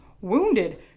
wounded